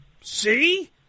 see